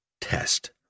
test